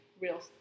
real